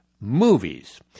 movies